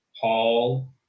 Paul